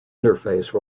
interface